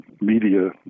media